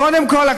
קודם כול,